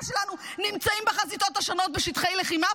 שלנו נמצאים בחזיתות השונות בשטחי לחימה,